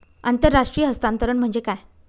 आंतरराष्ट्रीय हस्तांतरण म्हणजे काय?